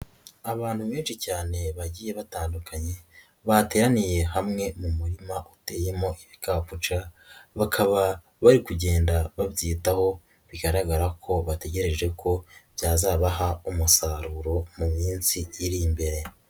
Abantu benshi cyane bagiye batandukanye bateraniye hamwe mu murima uteyemo ibikapuca bakaba bari kugenda babyitaho, bigaragara ko bategereje ko byazabaha umusaruro mu minsi iri imbere.